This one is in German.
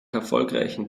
erfolgreichen